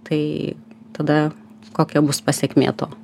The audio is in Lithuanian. tai tada kokia bus pasekmė to